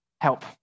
help